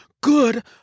good